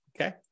Okay